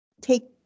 take